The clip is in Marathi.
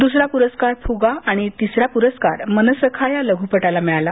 दुसरा पुरस्कार फुगा आणि तिसरा पुरस्कार मनसखा या लघुपटाला मिळाला